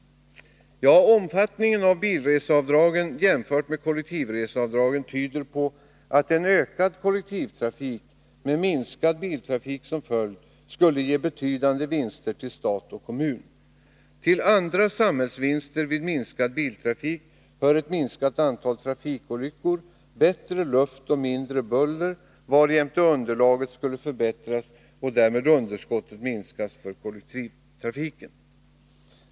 Jo, omfattningen av bilreseavdragen jämfört med kollektivreseavdragen tyder på att en ökad kollektivtrafik med minskad biltrafik som följd skulle ge betydande vinster för stat och kommun. Till andra samhällsvinster vid minskad biltrafik hör ett minskat antal trafikolyckor, bättre luft och mindre buller, varjämte underlaget skulle förbättras och därmed underskotten minskas för kollektivtrafiken.